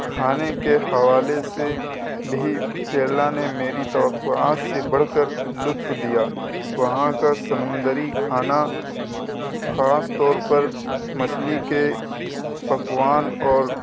کھانے کے حوالے سے بھی کیرلا نے میری توقعات سے بڑھ کر لطف دیا وہاں کا سمندری کھانا خاص طور پر مچھلی کے پکوان اور